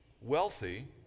wealthy